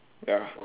ya